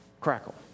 crackle